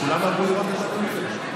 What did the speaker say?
כולם עברו לראות את ראש הממשלה.